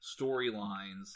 storylines